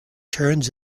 turns